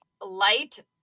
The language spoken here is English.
light